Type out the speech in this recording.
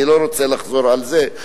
אני לא רוצה לחזור על זה.